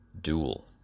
Duel